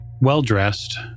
well-dressed